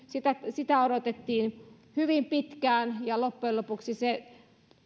sitä sitä odotettiin hyvin pitkään ja loppujen lopuksi